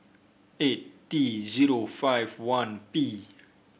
eight T zero five one P